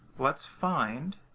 let's find